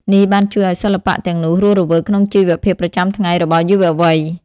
នេះបានជួយឲ្យសិល្បៈទាំងនោះរស់រវើកក្នុងជីវភាពប្រចាំថ្ងៃរបស់យុវវ័យ។